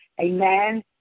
Amen